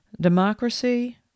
democracy